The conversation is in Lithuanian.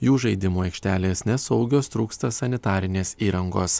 jų žaidimų aikštelės nesaugios trūksta sanitarinės įrangos